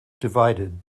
divided